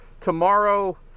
tomorrow